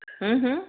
ہوں ہوں